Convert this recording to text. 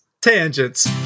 Tangents